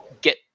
get